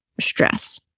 stress